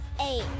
Eight